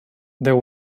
there